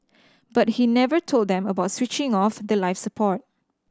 but he never told them about switching off the life support